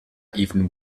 even